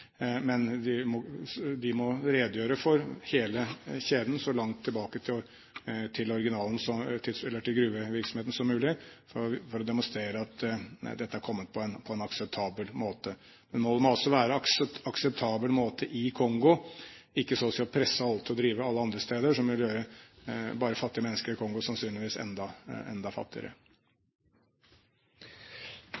men de må redegjøre for hele kjeden så langt tilbake til gruvevirksomheten som mulig for å demonstrere at dette har kommet på en akseptabel måte. Men målet må også være en akseptabel måte i Kongo, ikke så å si å presse alle til å drive alle andre steder, noe som bare ville gjøre fattige mennesker i Kongo sannsynligvis enda fattigere.